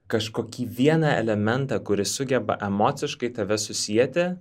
kažkokį vieną elementą kuris sugeba emociškai tave susieti